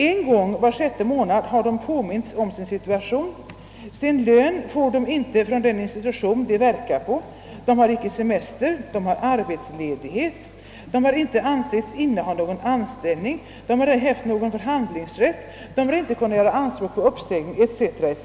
En gång var sjätte månad har de påmints om sin situation, sin lön får de icke från den institution de verkar på, de har icke semester , de har icke ansetts inneha någon anställning, de har ej haft någon förhandlingsrätt, de har icke kunnat göra anspråk på någon uppsägningstid etc.